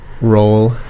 role